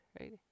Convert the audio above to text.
right